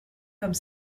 comme